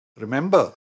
Remember